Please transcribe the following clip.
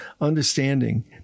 understanding